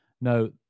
No